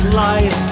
lies